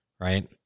right